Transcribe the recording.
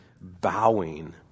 bowing